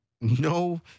No